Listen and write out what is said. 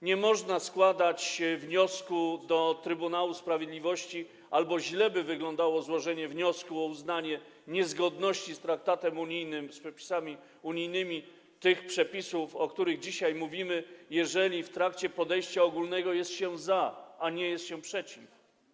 Nie można składać wniosku do Trybunału Sprawiedliwości albo źle by wyglądało złożenie wniosku o uznanie niezgodności z traktatem unijnym, z przepisami unijnymi tych przepisów, o których dzisiaj mówimy, jeżeli w trakcie podejścia ogólnego jest się za, a nie jest się przeciw.